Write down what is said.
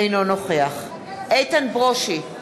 אינו נוכח איתן ברושי,